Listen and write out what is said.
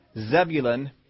Zebulun